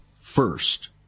first